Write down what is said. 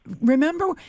Remember